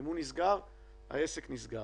אם הוא נסגר העסק נסגר.